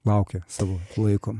laukia savo laiko